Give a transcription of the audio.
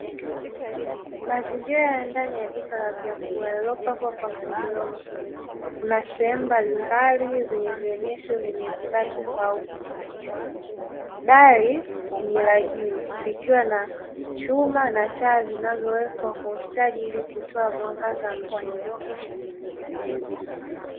Mazingira ya ndani ya duka la vyakula yaliyopangwa kwa mpangilio mzuri. Kuna sehemu mbalimbali zenye vionyesho vyenye bidhaa tofauti, Dari ni la juu likiwa na chuma na taa zinazowekwa kwa ustadi ili kutoa mwangaza mzuri.